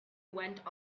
went